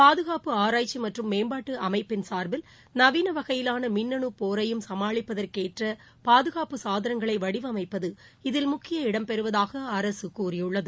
பாதுகாப்பு ஆராய்ச்சி மற்றும் மேம்பாட்டு அமைப்பின் சா்பில் நவீன வகையிலான மின்னனு போரையும் சமாளிப்பதற்கேற்ற பாதுகாப்பு சாதனங்களை வடிவமைப்பது இதில் முக்கிய இடம்பெறுவதாக அரசு கூறியுள்ளது